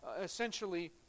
essentially